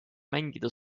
mängida